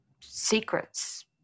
secrets